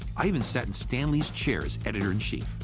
i even set in stanley's chair as editor in chief.